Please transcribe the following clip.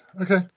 Okay